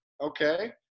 Okay